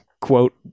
quote